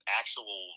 actual